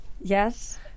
Yes